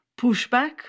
pushback